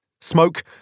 Smoke